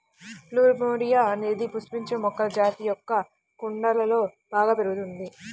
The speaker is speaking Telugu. ప్లూమెరియా అనే పుష్పించే మొక్కల జాతి మొక్క కుండలలో బాగా పెరుగుతుంది